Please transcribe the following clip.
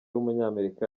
w’umunyamerika